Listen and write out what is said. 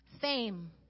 fame